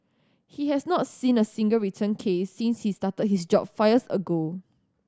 he has not seen a single return case since he started his job fires ago